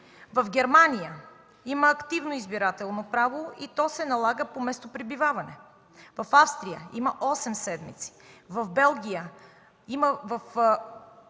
в Германия има активно избирателно право и то се налага по местопребиваване; в Австрия има 8 седмици; в Белгия е